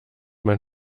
mein